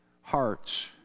hearts